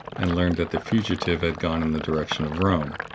and learned that the fugitive had gone in the direction of rome.